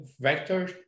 vector